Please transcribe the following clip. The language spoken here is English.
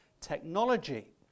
Technology